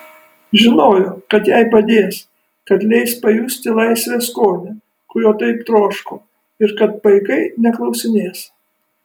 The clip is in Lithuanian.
žinojo kad jai padės kad leis pajusti laisvės skonį kurio taip troško ir kad paikai neklausinės